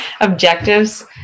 objectives